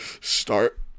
start